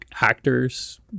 actor's